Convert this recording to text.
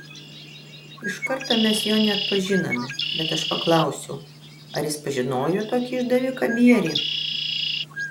iš karto mes jo neatpažinome bet aš paklausiau ar jis pažinojo tokį išdaviką bierį